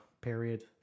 period